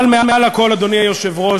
אבל מעל הכול, אדוני היושב-ראש,